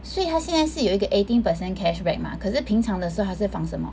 所以他现是有一个 eighteen percent cashback 吗可是平常的时候它是放什么